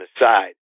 aside